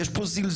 יש פה זלזול,